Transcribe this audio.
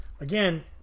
Again